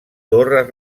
torres